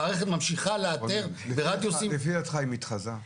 המערכת ממשיכה לאתר ברדיוסים -- לפי דעתך היא מתחזה?